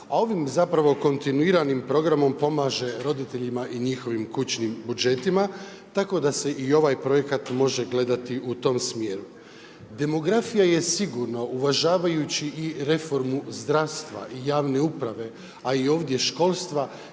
a ovim kontinuiranim programom pomaže roditeljima i njihovim kućnim budžetima tako da se i ovaj projekat može gledati u tom smjeru. Demografija je sigurno uvažavajući i reformu zdravstva i javne uprave, a i ovdje školstva